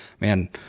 man